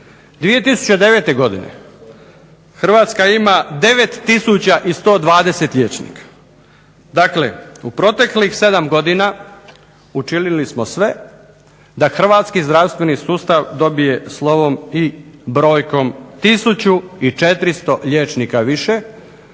2009. godine Hrvatska ima 9120 liječnika. Dakle, u proteklih sedam godina učinili smo sve da hrvatski zdravstveni sustav dobije slovom i brojkom 1400 liječnika više.